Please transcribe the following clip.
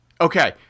Okay